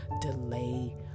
delay